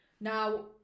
Now